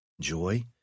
joy